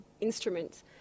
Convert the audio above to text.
instruments